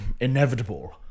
inevitable